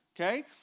okay